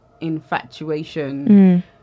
infatuation